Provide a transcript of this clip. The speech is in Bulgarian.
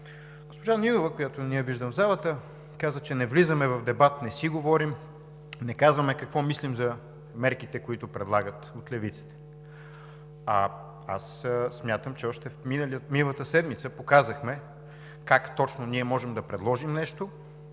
Госпожа Нинова, която не виждам в залата, каза, че не влизаме в дебат, не си говорим, не казваме какво мислим за мерките, които предлагат от Левицата. Аз смятам, че още миналата седмица показахме как точно ние можем да предложим нещо